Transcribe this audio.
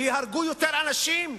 שייהרגו יותר אנשים?